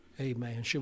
Amen